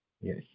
Yes